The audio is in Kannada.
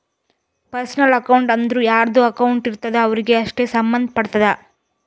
ಪರ್ಸನಲ್ ಅಕೌಂಟ್ ಅಂದುರ್ ಯಾರ್ದು ಅಕೌಂಟ್ ಇರ್ತುದ್ ಅವ್ರಿಗೆ ಅಷ್ಟೇ ಸಂಭಂದ್ ಪಡ್ತುದ